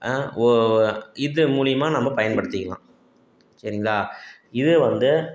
இது மூலிமா நம்ம பயன்படுத்திக்கலாம் சரிங்களா இது வந்து